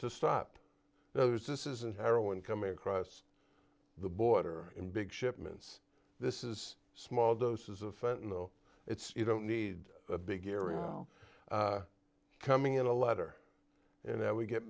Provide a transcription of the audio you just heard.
to stop there's this isn't heroin coming across the border in big shipments this is small doses of fenton know it's you don't need a big area how coming in a letter you know we get